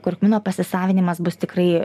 kurkumino pasisavinimas bus tikrai